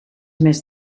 més